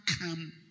come